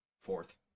Fourth